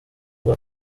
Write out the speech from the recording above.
rwa